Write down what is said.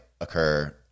occur